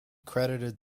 credited